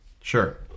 Sure